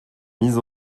mise